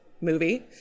movie